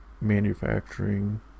manufacturing